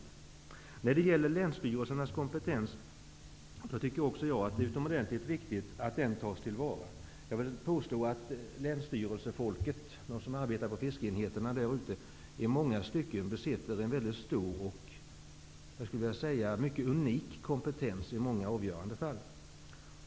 När det gäller länsstyrelsernas kompetens tycker också jag att det är utomordentligt viktigt att den tas till vara. Jag vill påstå att länsstyrelsefolket -- de som arbetar vid fiskeenheterna -- i många stycken besitter en stor och mycket unik kompetens, skulle jag vilja säga, i många avgörande fall.